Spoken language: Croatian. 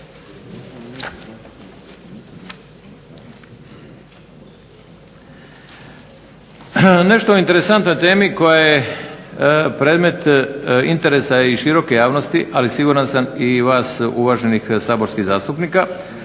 Nešto o interesantnoj temi koja je predmet interesa i široke javnosti, ali siguran sam i vas uvaženih saborskih zastupnika,